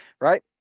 right